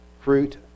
fruit